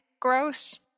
gross